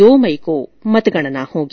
दो मई को मतगणना होगी